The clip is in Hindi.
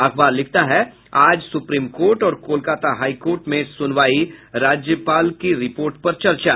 अखबार लिखता है आज सुप्रीम कोर्ट और कोलकाता हाईकोर्ट में सुनवाई राज्यपाल की रिपोर्ट पर चर्चा